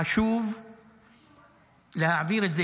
חשוב להעביר את זה,